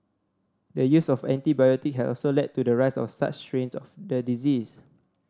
the use of antibiotic has also led to the rise of such strains of the disease